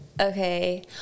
Okay